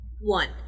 one